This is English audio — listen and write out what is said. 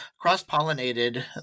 cross-pollinated